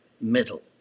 middle